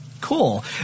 Cool